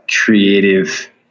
creative